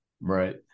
Right